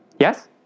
Yes